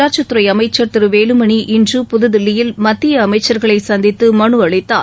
உள்ளாட்சித்துறை அமைச்ச் திரு வேலுமணி இன்று புதுதில்லியில் மத்திய அமைச்சா்களை சந்தித்து மனு அளித்தார்